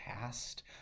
past